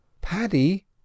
Paddy